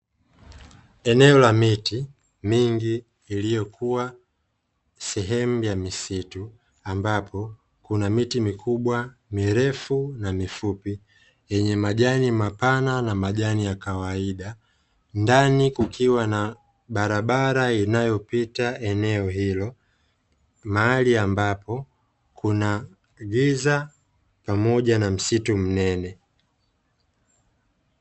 Eneo la miti mingi iliyokuwa sehemu ya misitu ambapo kuna miti mikubwa mirefu na mifupi, yenye majani mapana na majani ya kawaida, ndani kukiwa na barabara inayopita eneo hilo mahali ambapo kuna giza pamoja na msitu mnene.